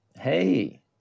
Hey